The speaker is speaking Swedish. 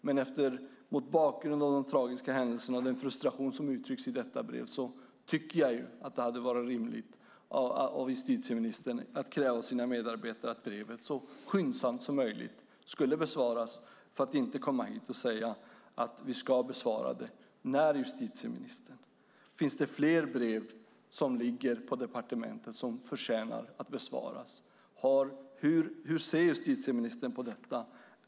Men mot bakgrund av de tragiska händelserna och den frustration som uttrycks i detta brev tycker jag att det hade varit rimligt att justitieministern hade krävt av sina medarbetare att besvara brevet så skyndsamt som möjligt och inte komma hit och säga att det ska besvaras. Finns det fler brev som ligger på departementet och som förtjänar att besvaras? Hur ser justitieministern på detta?